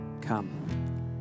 come